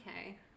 Okay